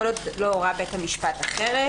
כל עוד לא הורה בית המשפט אחרת.